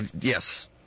yes